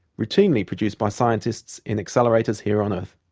routinely produced by scientists in accelerators here on earth.